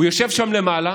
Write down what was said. הוא יושב שם למעלה,